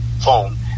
phone